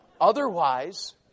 Otherwise